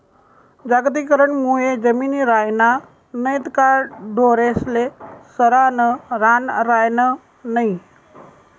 जागतिकीकरण मुये जमिनी रायन्या नैत का ढोरेस्ले चरानं रान रायनं नै